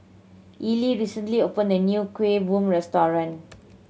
Ely recently opened a new Kueh Bom restaurant